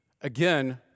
again